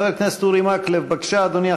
חבר הכנסת אורי מקלב, בבקשה, אדוני.